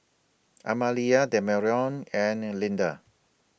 Amalia Demarion and Lynda